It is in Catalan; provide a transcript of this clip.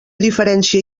diferència